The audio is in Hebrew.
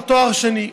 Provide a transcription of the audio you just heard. שנקרא תואר שני.